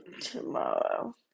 tomorrow